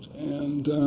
and